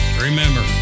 Remember